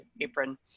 apron